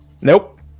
Nope